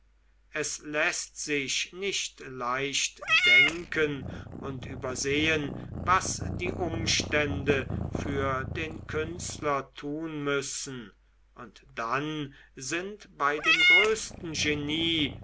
es läßt sich nicht leicht denken und übersehen was die umstände für den künstler tun müssen und dann sind bei dem größten genie